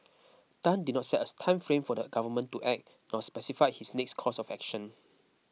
Tan did not set a time frame for the government to act nor specified his next course of action